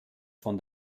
von